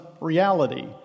reality